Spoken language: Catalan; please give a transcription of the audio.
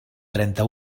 trenta